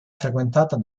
frequentata